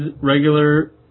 regular